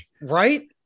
Right